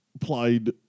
played